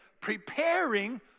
preparing